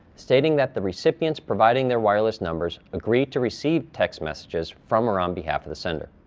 stating that the recipients providing their wireless numbers agree to receive text messages from or on behalf of the sender.